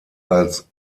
als